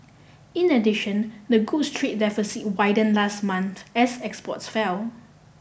in addition the goods trade deficit widened last month as exports fell